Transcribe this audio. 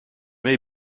may